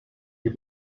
you